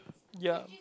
ya